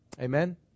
Amen